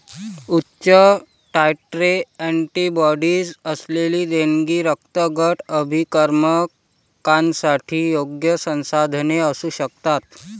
उच्च titre antibodies असलेली देणगी रक्तगट अभिकर्मकांसाठी योग्य संसाधने असू शकतात